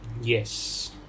Yes